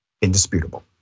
indisputable